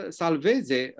salveze